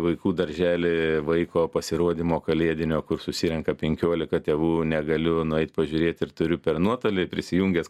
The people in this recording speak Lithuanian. vaikų daržely vaiko pasirodymo kalėdinio kur susirenka penkiolika tėvų negaliu nueiti pažiūrėti ir turiu per nuotolį prisijungęs